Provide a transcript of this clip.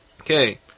Okay